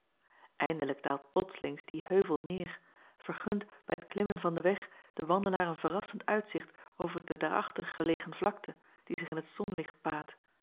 indelijk daalt plotslings die heuvel neêr vergunt bij het klimmen van den weg den wandelaar een verrassend uitzicht over de daarachter gelegen vlakte die zich in t zonlicht baadt